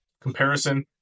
Comparison